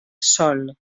sol